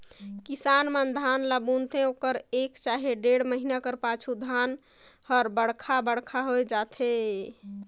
किसान मन धान ल बुनथे ओकर एक चहे डेढ़ महिना कर पाछू धान हर बड़खा बड़खा होए जाथे